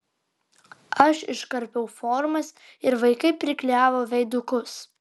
aš iškarpiau formas ir vaikai priklijavo veidukus